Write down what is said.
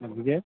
ಮಜ್ಜಿಗೆ